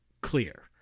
clear